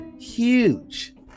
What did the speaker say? Huge